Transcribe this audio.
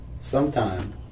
sometime